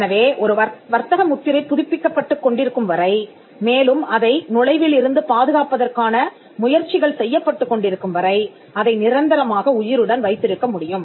எனவே ஒரு வர்த்தக முத்திரை புதுப்பிக்கப்பட்டுக் கொண்டிருக்கும் வரைமேலும் அதை நுழைவில் இருந்து பாதுகாப்பதற்கான முயற்சிகள் செய்யப்பட்டுக் கொண்டிருக்கும் வரை அதை நிரந்தரமாக உயிருடன் வைத்திருக்க முடியும்